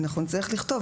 אנחנו נצטרך לכתוב.